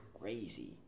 crazy